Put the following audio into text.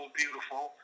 beautiful